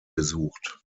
gesucht